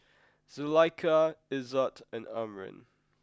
Zulaikha Izzat and Amrin